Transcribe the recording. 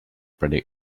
pretty